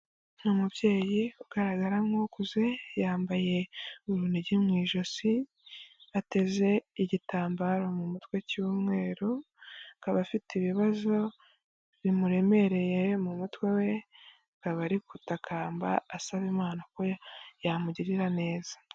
Ni umubyeyi ugaragara nk'ukuze yambaye urunigi mu ijosi ateze igitambaro mu mutwe cy'umweru, akaba afite ibibazo bimuremereye mu mutwe we akaba ari gutakamba asaba Imana ko yamugirira neza.